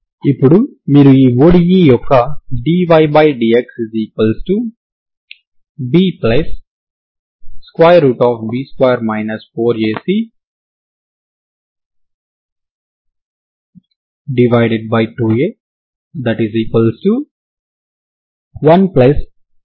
ఇప్పుడు మీరు ఈ ODE యొక్క dydxBB2 4AC2A 112 4